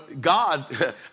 God